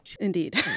Indeed